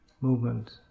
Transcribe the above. Movement